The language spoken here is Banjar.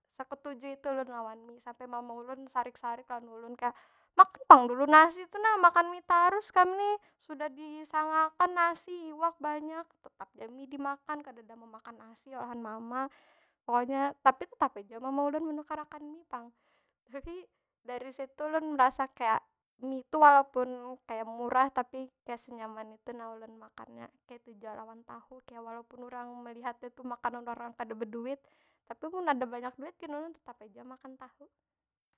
Saketuju itu ulun lawan mie, sampe mama ulun sarik- sarik lawan ulun. Kaya, makan pang dulu nasi tu nah. Makan mie tarus kam nih! Sudah disangaakan nasi, iwak banyak. Tetap ja mie dimakan kadeda memakan nasi olahan mama. Pokonya, tapi tetap ai jua mama ulun menukarakan mie pang. Jadi, dari situ ulun merasa kaya mie tu walaupun kaya murah tapi kaya senyaman itu nah ulun memakannya, kaytu jua lawan tahu. Kaya walaupun urang melihatnya tuh makanan orang kada beduit, tapin mun ada banyak duit gin ulun tetap ai jua makan tahu.